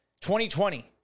2020